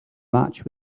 match